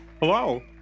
Hello